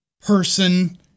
person